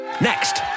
Next